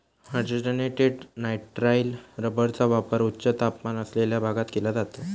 hydrogenated nitrile रबरचा वापर उच्च तापमान असलेल्या भागात केला जातो